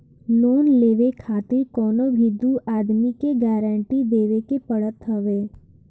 loan लेवे खातिर कवनो भी दू आदमी के गारंटी देवे के पड़त हवे